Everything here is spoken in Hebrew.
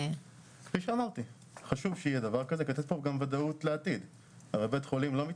אני חייבת לומר שבכללי, בית חולים שאין לו רובוט